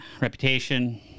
reputation